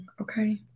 okay